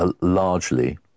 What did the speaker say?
largely